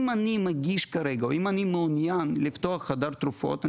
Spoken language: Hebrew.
אם אני מגיש כרגע או אם אני מעוניין לפתוח חדר תרופות,